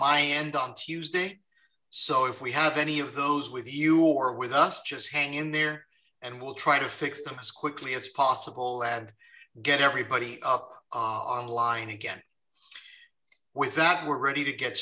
my end on tuesday so if we have any of those with you or with us just hang in there and we'll try to fix this quickly as possible ad get everybody on line again with that we're ready to get